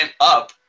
up